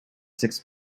six